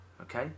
okay